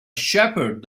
shepherd